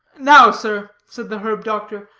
now, sir, said the herb-doctor,